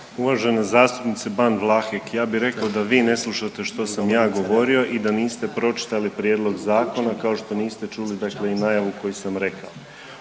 Uvažena zastupnice Ban Vlahek, ja bih rekao da vi ne slušate što sam ja govorio i da niste pročitali prijedlog zakona kao što niste čuli, dakle i najavu koju sam rekao.